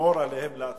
לשמור עליהם, לעצמנו.